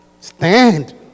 stand